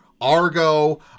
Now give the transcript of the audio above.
Argo